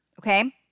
okay